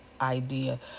idea